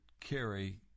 carry